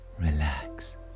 relax